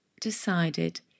decided